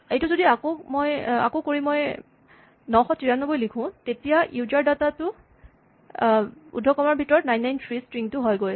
এইটো যদি আকৌ কৰি মই ৯৯৩ লিখোঁ তেতিয়া ইউজাৰ ডাটা টো "993" স্ট্ৰিং টো হয়গৈ